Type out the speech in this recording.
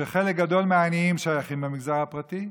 וחלק גדול מהעניים שייכים למגזר הפרטי,